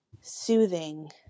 soothing